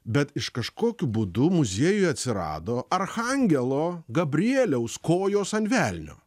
bet iš kažkokiu būdu muziejuj atsirado archangelo gabrieliaus kojos an velnio